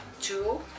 Two